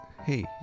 Hey